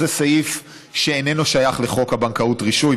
סעיף שאיננו שייך לחוק הבנקאות (רישוי),